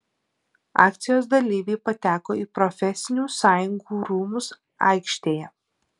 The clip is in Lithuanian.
akcijos dalyviai pateko į profesinių sąjungų rūmus aikštėje